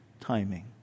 timing